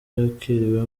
yakiriwe